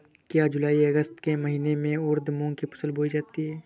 क्या जूलाई अगस्त के महीने में उर्द मूंग की फसल बोई जाती है?